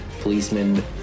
policemen